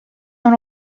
dans